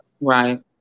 Right